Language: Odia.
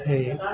ସେ